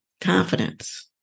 confidence